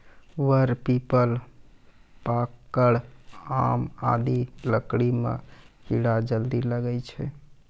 वर, पीपल, पाकड़, आम आदि लकड़ी म कीड़ा जल्दी लागै छै